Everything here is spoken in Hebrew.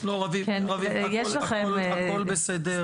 רביב, הכול בסדר.